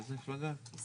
מאיזה מפלגה את?